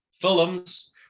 films